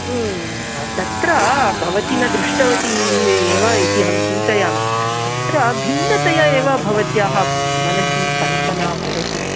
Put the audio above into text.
तत्र भवती न दृष्टवती एव इति अहं चिन्तयामि अत्र भिन्नतया एव भवत्याः मनसि कल्पना भवति